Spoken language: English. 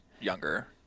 younger